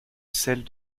celle